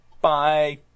Bye